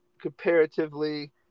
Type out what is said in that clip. comparatively